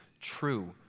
true